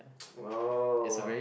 oh